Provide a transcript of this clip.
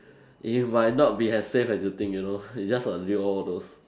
it might not be as safe as you think you know it's just a lure all those